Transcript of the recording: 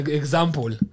example